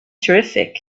terrific